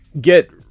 get